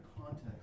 context